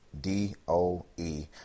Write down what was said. D-O-E